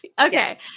okay